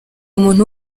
umuntu